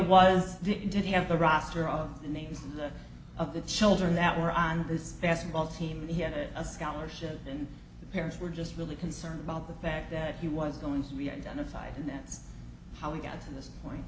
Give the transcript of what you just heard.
was the didn't have the roster of the names of the children that were on this basketball team he had a scholarship and the parents were just really concerned about the fact that he was going to be identified and that's how we got to this point